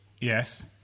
Yes